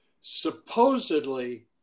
Supposedly